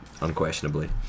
unquestionably